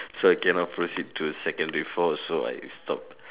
so I cannot proceed to secondary four so I stopped